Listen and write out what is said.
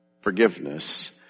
forgiveness